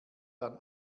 dann